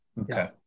Okay